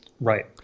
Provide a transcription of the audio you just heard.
Right